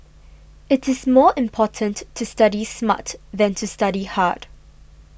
it is more important to study smart than to study hard